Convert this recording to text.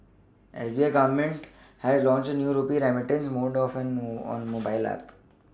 S B I Government has launched a new rupee remittance mode on mobile app